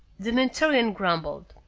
the mentorian grumbled,